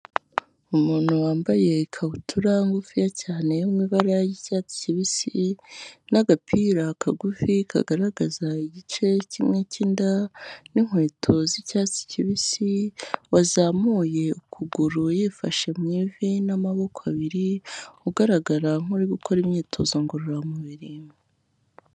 Umuntu wambaye ikabutura ngufiya cyane yo mu ibara ry'icyatsi kibisi, n'agapira kagufi kagaragaza igice kimwe cy'inda, n'inkweto z'icyatsi kibisi, wazamuye ukuguru yifashe mu ivi n'amaboko abiri, ugaragara nkuri gukora imyitozo ngororamubiri.